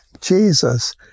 Jesus